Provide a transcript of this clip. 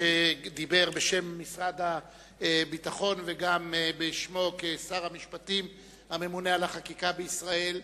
שדיבר בשם משרד הביטחון וגם בשמו כשר המשפטים הממונה על החקיקה בישראל.